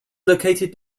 located